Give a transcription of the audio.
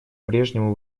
прежнему